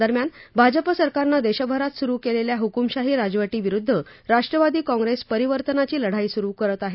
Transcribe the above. दरम्यान भाजप सरकारनं देशभरात सुरु केलेल्या हक्मशाही राजवटीविरुद्ध राष्ट्रवादी काँग्रेस परिवर्तनाची लढाई सुरु करत आहे